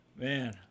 Man